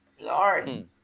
Lord